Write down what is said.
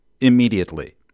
immediately